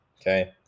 okay